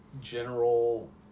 general